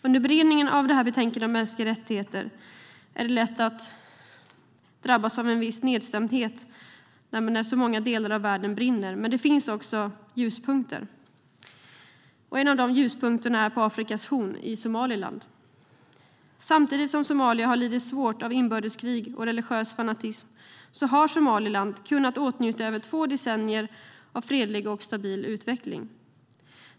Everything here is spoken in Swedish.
Under beredningen av detta betänkande om mänskliga rättigheter har det varit lätt att drabbas av en viss nedstämdhet när så många delar av världen brinner. Men det finns också ljuspunkter. En av de ljuspunkterna finns på Afrikas horn i Somaliland. Samtidigt som Somalia har lidit svårt av inbördeskrig och religiös fanatism har Somaliland kunnat åtnjuta över två decennier av fredlig och stabil utveckling.